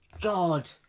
God